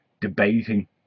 debating